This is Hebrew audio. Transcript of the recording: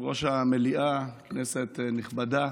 יושב-ראש המליאה, כנסת נכבדה,